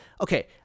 okay